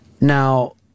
Now